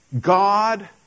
God